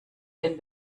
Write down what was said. den